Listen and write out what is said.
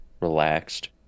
relaxed